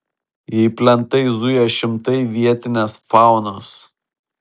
jei plentais zuja šimtai vietinės faunos